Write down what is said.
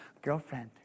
girlfriend